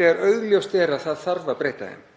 þegar augljóst er að það þarf að breyta þeim.